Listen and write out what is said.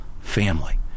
family